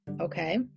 okay